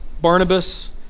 Barnabas